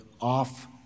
off